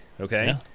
Okay